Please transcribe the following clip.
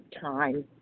time